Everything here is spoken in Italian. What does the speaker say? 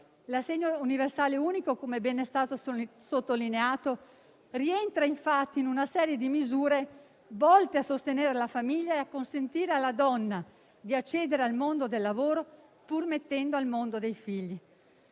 L'assegno universale unico, come ben è stato sottolineato, rientra infatti in una serie di misure volte a sostenere la famiglia e a consentire alla donna di accedere al mondo del lavoro, pur mettendo al mondo dei figli.